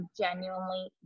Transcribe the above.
genuinely